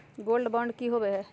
Gold bond की होबो है?